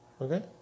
Okay